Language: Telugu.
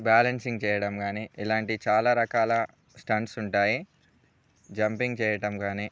బ్యాలన్సింగ్ చేయడం కానీ ఇలాంటి చాలా రకాల స్టంట్స్ ఉంటాయి జంపింగ్ చేయటం కానీ